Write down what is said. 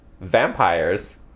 Vampires